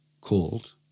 called